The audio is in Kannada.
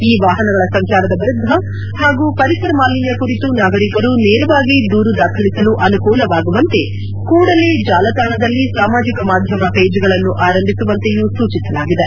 ಈ ವಾಹನಗಳ ಸಂಚಾರದ ವಿರುದ್ಧ ಹಾಗೂ ಪರಿಸರ ಮಾಲಿನ್ನ ಕುರಿತು ನಾಗರಿಕರು ನೇರವಾಗಿ ದೂರು ದಾಖಲಿಸಲು ಅನುಕೂಲವಾಗುವಂತೆ ಕೂಡಲೇ ಜಾಲತಾಣದಲ್ಲಿ ಸಾಮಾಜಿಕ ಮಾಧ್ಯಮ ಪೇಜ್ಗಳನ್ನು ಆರಂಭಿಸುವಂತೆಯೂ ಸೂಚಿಸಲಾಗಿದೆ